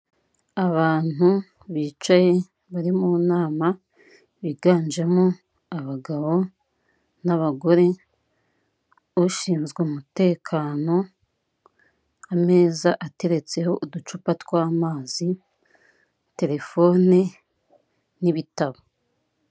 Abantu bicaye, bari mu nama biganjemo, abagabo n'abagore, ushinzwe umutekano, ameza ateretseho uducupa tw'amazi, telefone n'ibitabo.